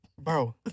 Bro